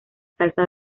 salsa